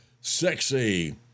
sexy